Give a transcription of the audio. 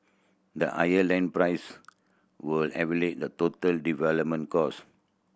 the higher land price would elevate the total development cost